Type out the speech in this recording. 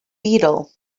beetle